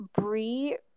Brie